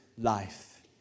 life